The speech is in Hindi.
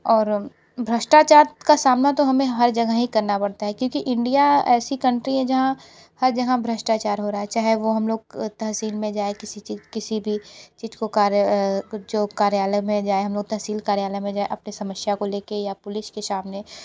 और भ्रष्टाचार का सामना तो हमें हर जगह ही करना पड़ता है क्योंकि इंडिया ऐसी कंट्री है जहाँ हर जगह भ्रष्टाचार हो रहा है चाहे वो हम लोग तहसील में जाए किसी चीज किसी भी चीज को कार्य जो कार्यालय में जाए हम लोग तहसील कार्यालय में जाए अपनी समस्या को लेके या पुलिस के सामने